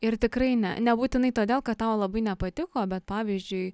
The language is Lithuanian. ir tikrai ne nebūtinai todėl kad tau labai nepatiko bet pavyzdžiui